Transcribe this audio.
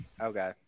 Okay